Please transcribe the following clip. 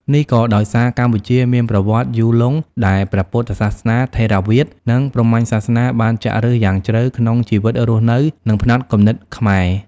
នេះក៏ដោយសារកម្ពុជាមានប្រវត្តិសាស្ត្រយូរលង់ ដែលព្រះពុទ្ធសាសនាថេរវាទ និងព្រហ្មញ្ញសាសនាបានចាក់ឫសយ៉ាងជ្រៅក្នុងជីវិតរស់នៅ និងផ្នត់គំនិតខ្មែរ។